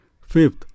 Fifth